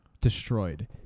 destroyed